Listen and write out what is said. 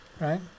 right